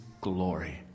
glory